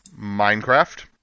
Minecraft